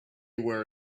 were